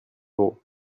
d’euros